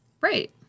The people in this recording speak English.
Right